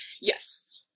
Yes